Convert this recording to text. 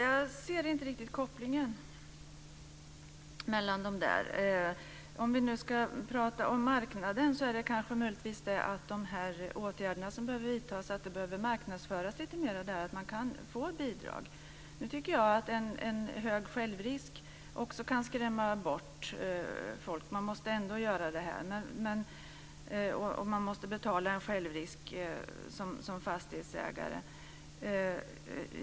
Fru talman! Jag ser inte riktigt kopplingen. Om vi nu ska prata om marknaden handlar det möjligtvis om att det behöver marknadsföras lite mer att man kan få bidrag för de åtgärder som behöver vidtas. Nu tycker jag att en hög självrisk också kan skrämma bort folk. Man måste ändå göra det här, och man måste betala en självrisk som fastighetsägare.